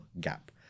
gap